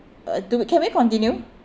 uh do we can continue